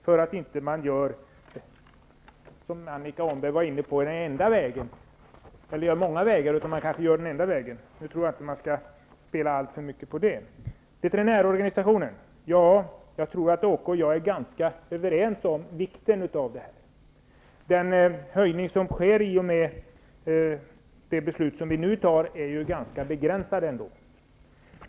I annat fall kanske man som Annika Åhnberg var inne på inte gör många vägar utan den enda vägen. Jag tror dock att Åke Selberg och jag är ganska överens om vikten av veterinärorganisationen. Den höjning som sker i och med det beslut som vi nu fattar är ändock ganska begränsad.